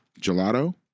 gelato